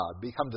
become